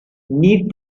need